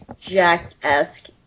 Jack-esque